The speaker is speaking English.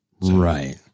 Right